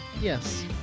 Yes